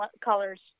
colors